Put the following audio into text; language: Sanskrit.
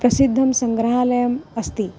प्रसिद्धः सङ्ग्रहालयः अस्ति